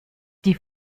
die